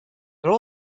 there